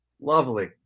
Lovely